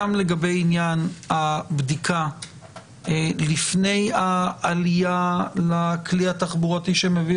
גם לגבי עניין הבדיקה לפני העלייה לכלי התחבורתי שמביא